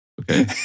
Okay